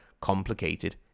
complicated